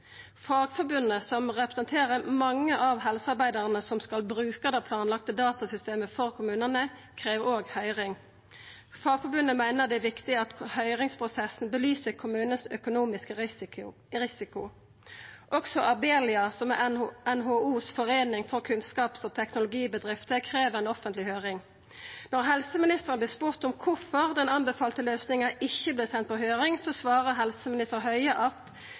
Fagforbundet, som representerer mange av helsearbeiderane som skal bruke det planlagde datasystemet for kommunane, krev òg høyring. Fagforbundet meiner det er viktig at høyringsprosessen syner den økonomiske risikoen til kommunane. Også Abelia, som er NHOs foreining for kunnskaps- og teknologibedrifter, krev ei offentleg høyring. Når helseministeren vert spurd om kvifor den anbefalte løysinga ikkje vert send på høyring, svarar Bent Høie at